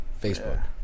Facebook